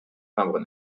timbres